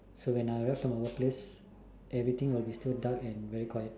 so when I drive to my work place everything will be still dark and very quiet